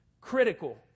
critical